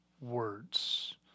Words